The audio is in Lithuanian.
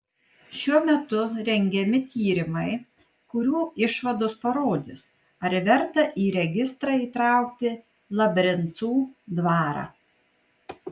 šiuo metu rengiami tyrimai kurių išvados parodys ar verta į registrą įtraukti labrencų dvarą